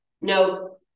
no